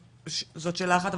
זאת שאלה אחת.